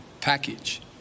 package